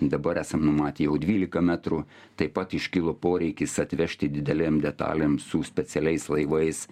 dabar esam numatę jau dvylika metrų taip pat iškilo poreikis atvežti didelėm detalėm su specialiais laivais